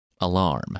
Alarm